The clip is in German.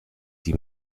sie